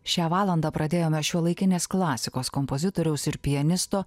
šią valandą pradėjome šiuolaikinės klasikos kompozitoriaus ir pianisto